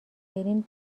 برین